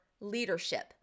leadership